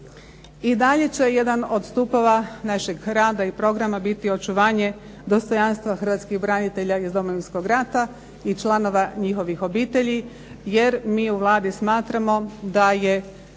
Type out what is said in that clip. I dalje će jedan od stupova našeg rada i program biti očuvanje dostojanstva hrvatskih branitelja iz Domovinskog rata i članova njihovih obitelji jer mi u Vladi smatramo da je